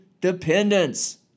dependence